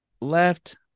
left